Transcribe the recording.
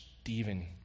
Stephen